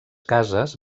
cases